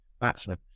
batsman